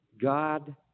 God